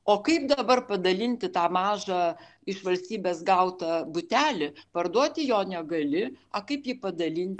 o kaip dabar padalinti tą mažą iš valstybės gautą butelį parduoti jo negali a kaip jį padalinti